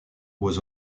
was